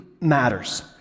matters